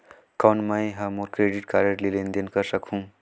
कौन मैं ह मोर क्रेडिट कारड ले लेनदेन कर सकहुं?